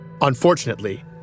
Unfortunately